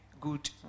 good